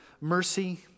mercy